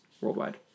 worldwide